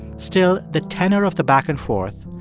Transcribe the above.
still, the tenor of the back and forth,